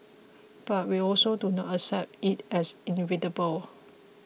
but we also do not accept it as inevitable